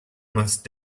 most